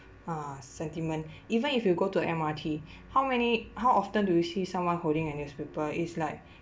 uh sentiment even if you go to M_R_T how many how often do you see someone holding a newspaper it's like